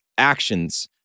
actions